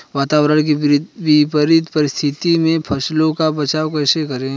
वातावरण की विपरीत परिस्थितियों में फसलों का बचाव कैसे करें?